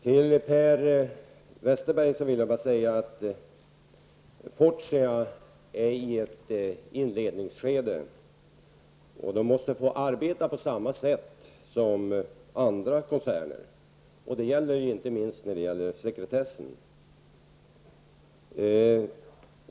Till Per Westerberg vill jag bara säga att Fortia är i ett inledningsskede och måste få arbeta på samma sätt som andra koncerner. Det gäller inte minst sekretessen.